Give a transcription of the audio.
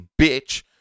bitch